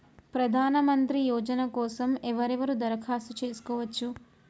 ప్రధానమంత్రి యోజన కోసం ఎవరెవరు దరఖాస్తు చేసుకోవచ్చు?